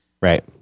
right